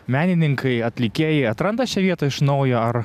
menininkai atlikėjai atranda šią vietą iš naujo ar